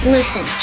Listen